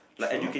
true